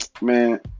man